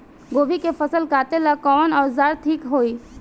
गोभी के फसल काटेला कवन औजार ठीक होई?